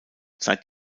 seit